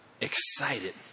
excited